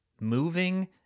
moving